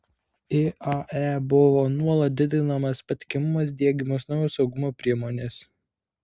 iae buvo nuolat didinamas patikimumas diegiamos naujos saugumo priemonės